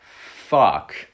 fuck